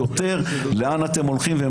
תודה.